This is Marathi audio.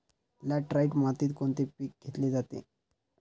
लॅटराइट मातीत कोणते पीक घेतले जाते?